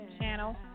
channel